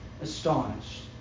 astonished